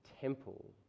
temple